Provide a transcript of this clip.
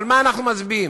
על מה אנחנו מצביעים,